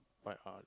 my heart